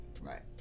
Right